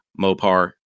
Mopar